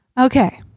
Okay